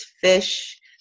fish